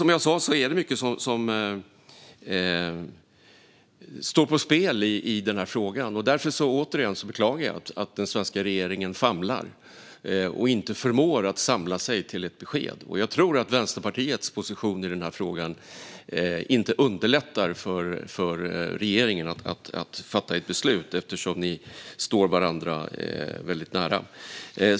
Som jag sa är det mycket som står på spel i denna fråga. Därför beklagar jag återigen att den svenska regeringen famlar och inte förmår samla sig till ett besked. Jag tror att Vänsterpartiets position i frågan inte underlättar för regeringen att fatta ett beslut. Ni står ju varandra väldigt nära.